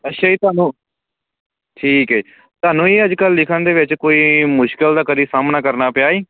ਅੱਛਾ ਜੀ ਤੁਹਾਨੂੰ ਠੀਕ ਹੈ ਤੁਹਾਨੂੰ ਇਹ ਅੱਜ ਕੱਲ੍ਹ ਲਿਖਣ ਦੇ ਵਿੱਚ ਕੋਈ ਮੁਸ਼ਕਲ ਦਾ ਕਦੀ ਸਾਹਮਣਾ ਕਰਨਾ ਪਿਆ ਜੀ